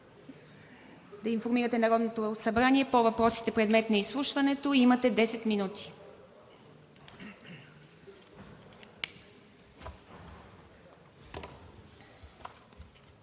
да информирате Народното събрание по въпросите, предмет на изслушването. Имате десет минути.